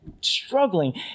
struggling